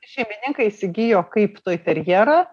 šeimininkai įsigijo kaip toiterjerą